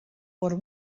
por